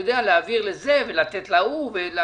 להעביר לזה ולתת להוא...